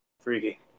Freaky